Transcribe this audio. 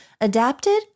Adapted